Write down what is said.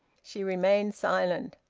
she remained silent.